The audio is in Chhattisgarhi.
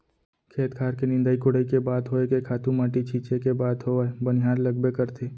खेत खार के निंदई कोड़ई के बात होय के खातू माटी छींचे के बात होवय बनिहार लगबे करथे